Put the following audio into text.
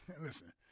listen –